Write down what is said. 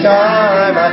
time